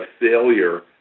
failure